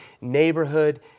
neighborhood